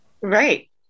right